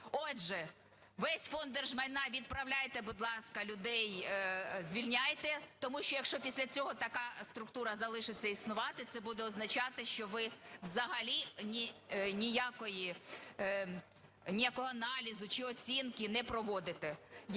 Отже, весь Фонд держмайна, відправляйте, будь ласка, людей, звільняйте, тому що якщо після цього така структура залишиться існувати, це буде означати, що ви взагалі ніякого аналізу, чи оцінки не проводите.